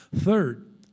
Third